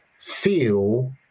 feel